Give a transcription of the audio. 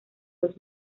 los